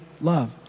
love